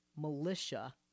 militia